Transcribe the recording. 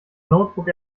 notebook